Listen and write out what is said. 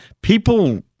people